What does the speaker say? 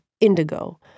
indigo